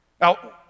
Now